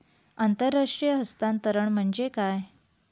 आंतरराष्ट्रीय हस्तांतरण म्हणजे काय?